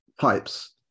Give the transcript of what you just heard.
pipes